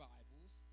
Bibles